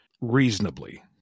Reasonably